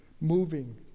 moving